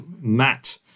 Matt